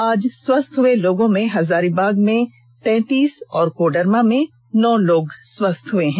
आज स्वस्थ हुए लोगों में हजारीबाग में तैतीस और कोडरमा में नौ लोग स्वस्थ हुए हैं